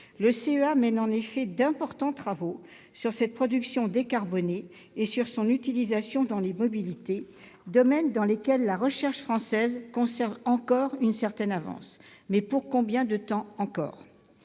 Le CEA mène en effet d'importants travaux sur cette production décarbonée et sur son utilisation dans les mobilités, domaines dans lesquels la recherche française conserve encore une certaine avance. Mais pour combien de temps encore ?